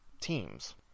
teams